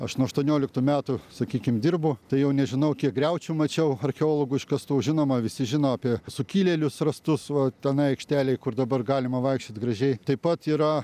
aš nuo aštuonioliktų metų sakykim dirbu tai jau nežinau kiek griaučių mačiau archeologų iškastų žinoma visi žino apie sukilėlius rastus va tenai aikštelėj kur dabar galima vaikščiot gražiai taip pat yra